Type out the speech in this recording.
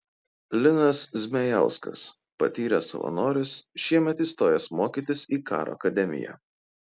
linas zmejauskas patyręs savanoris šiemet įstojęs mokytis į karo akademiją